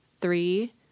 three